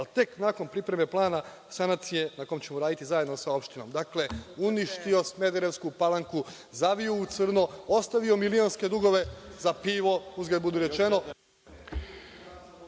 ali tek nakon pripreme plana sanacije na kome ćemo raditi zajedno sa opštinom. Dakle, uništio Smederevsku Palanku, zavio u crno, ostavio milionske dugove za pivo, uzgred budi rečeno.